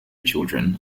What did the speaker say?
children